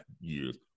years